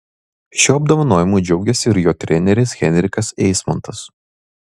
šiuo apdovanojimu džiaugėsi ir jo treneris henrikas eismontas